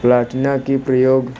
प्लाटिना की प्रयोग